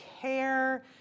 care